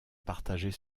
partager